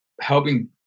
helping